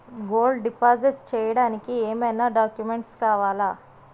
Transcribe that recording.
Gold deposit చేయడానికి ఏమైనా documents కావాలా?